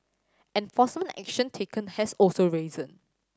enforcement action taken has also risen